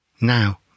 Now